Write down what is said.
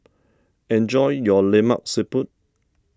enjoy your Lemak Siput